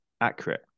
accurate